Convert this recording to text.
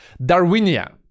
Darwinia